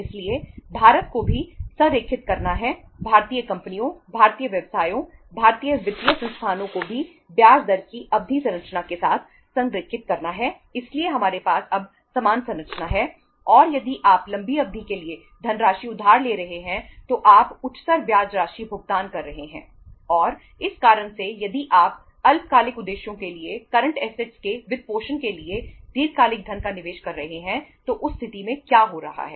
इसलिए भारत को भी संरेखित करना है भारतीय कंपनियों भारतीय व्यवसायों भारतीय वित्तीय संस्थानों को भी ब्याज दर की अवधि संरचना के साथ संरेखित करना है इसलिए हमारे पास अब समान संरचना है और यदि आप लंबी अवधि के लिए धनराशि उधार ले रहे हैं तो आप उच्चतर ब्याज राशि भुगतान कर रहे हैं और उस कारण से यदि आप अल्पकालिक उद्देश्यों के लिए करंट ऐसेटस के वित्तपोषण के लिए दीर्घकालिक धन का निवेश कर रहे हैं तो उस स्थिति में क्या हो रहा है